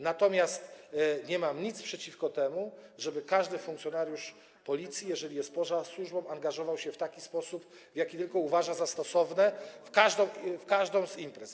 Natomiast nie mam nic przeciwko temu, żeby każdy funkcjonariusz Policji, jeżeli jest potrzeba, angażował się w taki sposób, jaki tylko uważa za stosowny, w każdą z imprez.